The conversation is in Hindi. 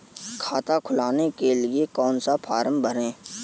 खाता खुलवाने के लिए कौन सा फॉर्म भरें?